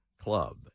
Club